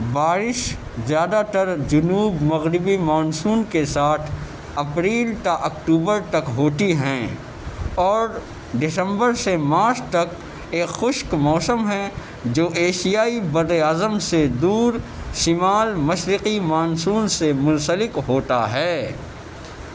بارش زیادہ تر جنوب مغربی مانسون کے ساتھ اپریل تا اکتوبر تک ہوتی ہیں اور دسمبر سے مارچ تک ایک خشک موسم ہیں جو ایشیائی بر اعظم سے دور شمال مشرقی مانسون سے منسلک ہوتا ہے